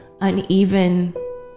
uneven